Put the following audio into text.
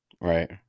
right